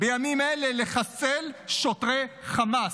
בימים האלה לחסל שוטרי חמאס,